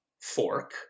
fork